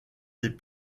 des